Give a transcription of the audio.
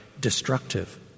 destructive